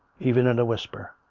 even in a whisper.